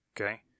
okay